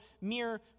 mere